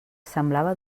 semblava